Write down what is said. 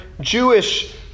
Jewish